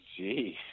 Jeez